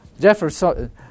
Jefferson